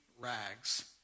rags